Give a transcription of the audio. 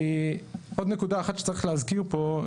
עוד נקודה אחת שצריך להזכיר פה,